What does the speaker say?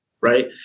right